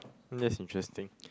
that's interesting